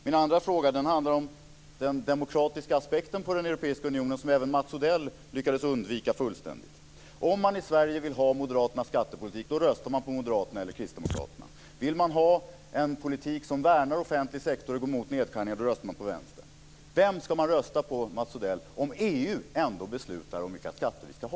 Min andra fråga handlar om den demokratiska aspekten på den europeiska unionen, som även Mats Odell lyckades undvika fullständigt. Om man i Sverige vill ha Moderaternas skattepolitik röstar man på Moderaterna eller Kristdemokraterna. Vill man ha en politik som värnar offentlig sektor och går mot nedskärningar röstar man på Vänstern. Vem ska man rösta på, Mats Odell, om EU ändå beslutar om vilka skatter vi ska ha?